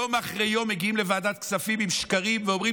יום אחרי יום מגיעים לוועדת כספים עם שקרים ואומרים